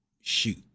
shoot